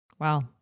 Wow